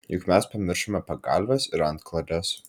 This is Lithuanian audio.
juk mes pamiršome pagalves ir antklodes